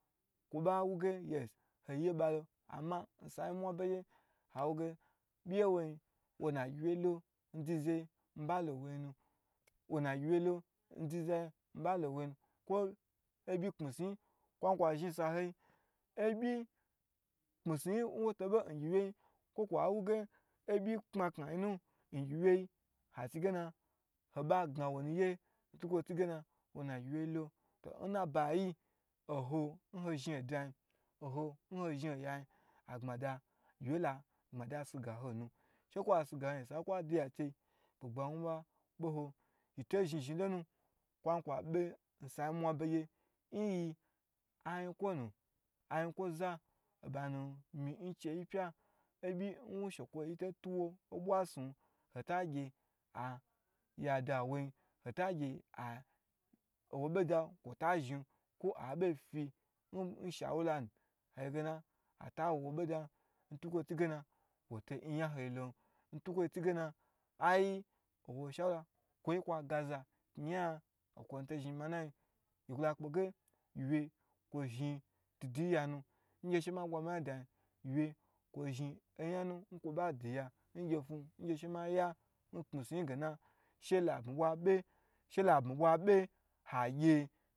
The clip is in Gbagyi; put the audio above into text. Kwo ba wu ge yes ho ye ba lo nsai mwa be gye awoge byi ye woyin wona gyiwye lo ndu zaye mi ba lo nwoyinu wo na gyiwyi lo ndu zaye mi balo woyinu ko obyi kpnisnuyi nwo to bei ngyiwye yi kwo kwo wu ge obye kpnaknayi nu ngyiwge achigena hoba gna wonu ye ntnuge na wo na gywiye lo to n nabayi nho nho zhin oda yin, nho nho zhin oyayi agbamada gyiwye la agbma da si ga ho she kwo diya chei bugbawu ba be ho kwon kwa be msai mwa begye yito zhni zhni lonu, kwon kwa be nsa mwa begye nyi ayikwonu ayinkwoza nbanu m. N chei pya obyi nshekweyi to tuwo bwa snu hota ge ha yada woi ho ta tuwo bwa snu hota ge ha yada woi hota gyen nwoboda kwo ta zhin kwo a bo fi n shawulana atawowo be dan ntukwo tu gena woton nyan hoi lon, ntukwo tu ge na nwo shawura kwo ye kwa gaza kni ya nkwo nuto zhni manayin, yi bwa kpe ge gyiwye kwo zhin dudu yi ya nu nge she ma bwa miyan da yin oyanu nkwo ba diya ngye fu shu labmi bwa be shu labmi bwa be